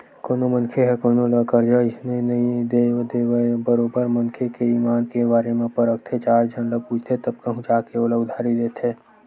कोनो मनखे ह कोनो ल करजा अइसने नइ दे देवय बरोबर मनखे के ईमान के बारे म परखथे चार झन ल पूछथे तब कहूँ जा के ओला उधारी देथे